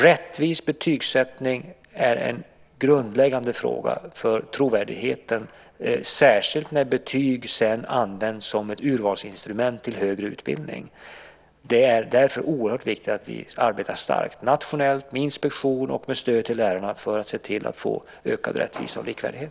Rättvis betygssättning är en grundläggande fråga för trovärdigheten, särskilt när betyg sedan används som ett urvalsinstrument till högre utbildning. Det är därför oerhört viktigt att vi arbetar starkt nationellt med inspektion och med stöd till lärarna för att se till att få ökad rättvisa och likvärdighet.